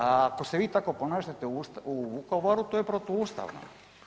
Ako se vi tako ponašate u Vukovaru to je protuustavno.